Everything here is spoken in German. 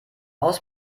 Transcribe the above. aus